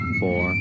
four